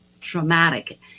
traumatic